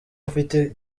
mfite